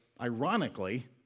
ironically